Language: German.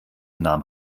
nahm